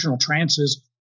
trances